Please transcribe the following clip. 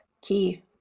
key